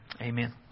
Amen